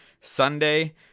Sunday